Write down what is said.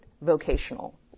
vocational